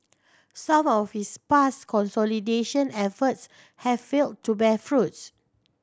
some of its past consolidation efforts have failed to bear fruit